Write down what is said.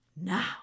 Now